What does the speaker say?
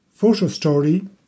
photostory